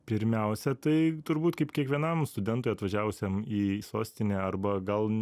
pirmiausia tai turbūt kaip kiekvienam studentui atvažiavusiam į sostinę arba gal